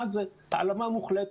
אחד - העלמה מוחלטת.